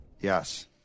Yes